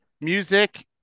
music